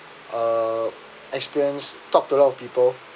uh experience talk to a lot of people